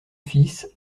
fils